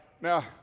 Now